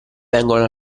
vengono